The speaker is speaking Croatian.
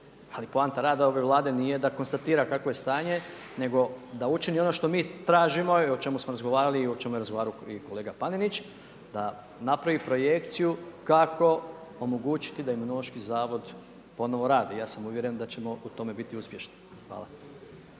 ali poanta rada ove Vlade nije da konstatira kakvo je stanje nego da učini ono što mi tražimo i o čemu smo razgovarali i o čemu je razgovarao i kolega Panenić da napravi korekciju kako omogućiti da Imunološki zavod ponovno radi i ja sam uvjeren da ćemo u tome biti uspješni. Hvala.